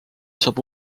saab